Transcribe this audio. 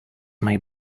may